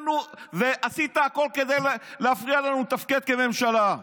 ועשית הכול כדי להפריע לנו לתפקד כממשלה.